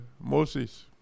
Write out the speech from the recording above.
Moses